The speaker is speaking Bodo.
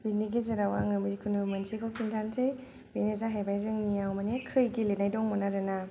बेनि गेजेराव आङो जिखुनु मोनसेखौ खिन्थानोसै बेनो जाहैबाय जोंनियाव मानि खै गेलेनाय दंमोन आरो ना